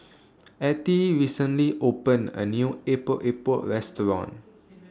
Attie recently opened A New Epok Epok Restaurant